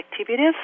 activities